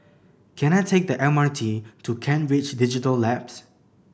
can I take the M R T to Kent Ridge Digital Labs